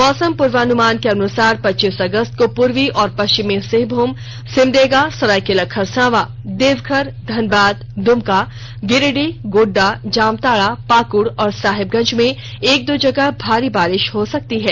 मौसम पूर्वनुमान के अनुसार पच्चीस अगस्त को पूर्वी और पश्चिमी सिंहभूम सिमडेगा सरायकेला खरसावा देवघर धनबाद दुमका गिरिडीह गोड़डा जामताड़ा पाकुड़ और साहेबगंज में एक दो जगह भारी बारिष हो सकती है